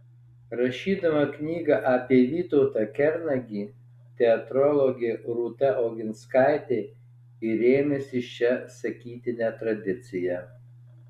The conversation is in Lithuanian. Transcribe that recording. rašydama knygą apie vytautą kernagį teatrologė rūta oginskaitė ir rėmėsi šia sakytine tradicija